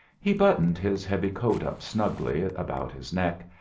he buttoned his heavy coat up snugly about his neck,